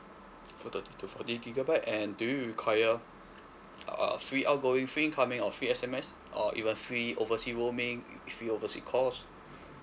four thirty to forty gigabyte and do you require uh free outgoing free incoming or free S_M_S or even free oversea roaming free oversea calls